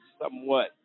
somewhat